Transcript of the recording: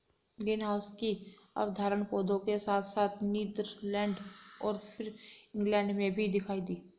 greenhouse की अवधारणा पौधों के साथ साथ नीदरलैंड और फिर इंग्लैंड में भी दिखाई दी